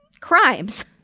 crimes